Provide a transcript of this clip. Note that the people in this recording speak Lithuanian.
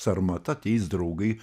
sarmata ateis draugai